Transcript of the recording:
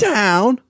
town